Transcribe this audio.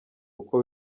uko